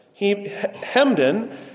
Hemden